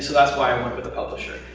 so that's why i and went with the publisher.